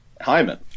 Hyman